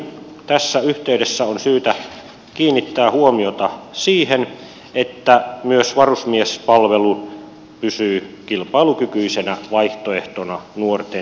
tässä yhteydessä on syytä kiinnittää huomiota siihen että myös varusmiespalvelu pysyy kilpailukykyisenä vaihtoehtona nuorten mielessä